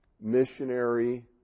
missionary